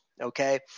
Okay